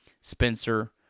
Spencer